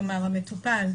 כלומר המטופל,